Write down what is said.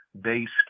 based